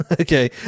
okay